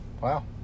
Wow